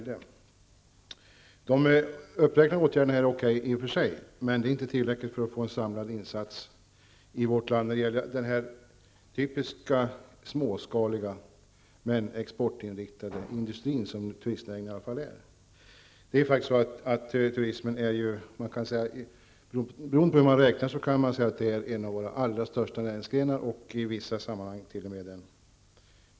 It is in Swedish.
De uppräknade åtgärderna är i och för sig okej, men det är inte tillräckligt för att få en samlad insats i vårt land beträffande den typiskt småskaliga men exportinriktade industri som turistnäringen i alla fall är. Beroende på hur man räknar kan man säga att turismen är en av våra allra största näringsgrenar.